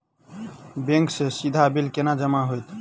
Bank सँ सीधा bill केना जमा होइत?